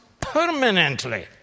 permanently